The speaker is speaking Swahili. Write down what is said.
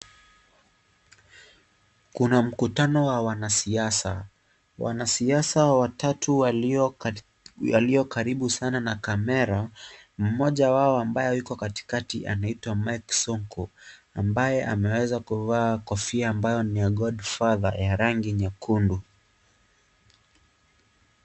Kuna mkutano ya wanasiasa. Wanasiasa watatu aliyo karibu sana na camera , Moja wao ambao yupo katikati anaitwa Mike Sonko ambaye ameweza kuvaa kofia ya god father ya rangi nyekundu.